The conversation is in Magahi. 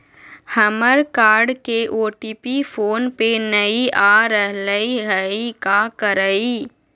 हमर कार्ड के ओ.टी.पी फोन पे नई आ रहलई हई, का करयई?